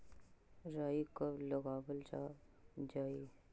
राई कब लगावल जाई?